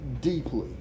deeply